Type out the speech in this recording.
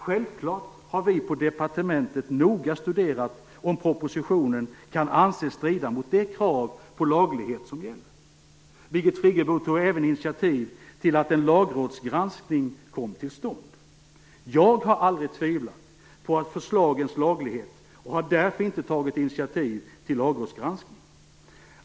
Självfallet har vi på departementet noga studerat om propositionen kan anses strida mot de krav på laglighet som gäller. Birgit Friggebo tog även initiativ till att en lagrådsgranskning kom till stånd. Jag har aldrig tvivlat på förslagens laglighet och har därför inte tagit initiativ till någon lagrådsgranskning.